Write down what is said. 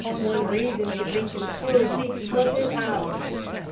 one reason for jenkins' cruelty was his idleness.